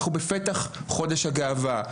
אנחנו בפתח חודש הגאווה,